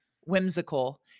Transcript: whimsical